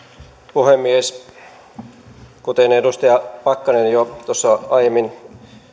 puhemies kuten edustaja pakkanen jo aiemmin